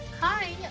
Hi